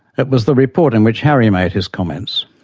it was the report in which harry made his comments.